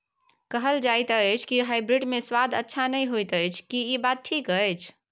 कहल जायत अछि की हाइब्रिड मे स्वाद अच्छा नही होयत अछि, की इ बात ठीक अछि?